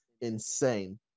insane